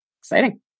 Exciting